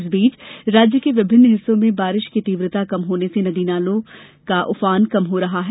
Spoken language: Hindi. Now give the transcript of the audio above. इस बीच राज्य के विभिन्न हिस्सों में बारिश की तीव्रता कम होने से नदी नालों का उफान कम हो रहा है